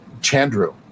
Chandru